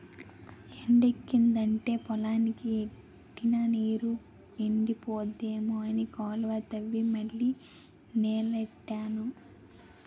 ఎండెక్కిదంటే పొలానికి ఎట్టిన నీరు ఎండిపోద్దేమో అని కాలువ తవ్వి మళ్ళీ నీల్లెట్టాను